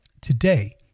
today